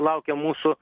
laukia mūsų